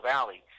Valley